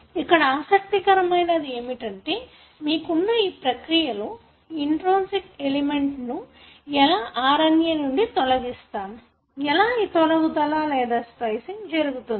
ఇక్కడ ఆసక్తికరమైనది ఏమిటంటే మీకున్న ఈ ప్రక్రియలో ఈ ఇంట్రోనిక్ ఎలిమెంట్ ను ఎలా RNA నుండి తొలగిస్తాము ఎలా ఈ తొలగుదల లేదా స్ప్లిసింగ్ జరుగుతుంది